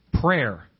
prayer